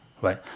right